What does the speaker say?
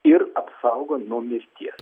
ir apsaugo nuo mirties